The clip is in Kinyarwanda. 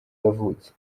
yavutse